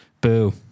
Boo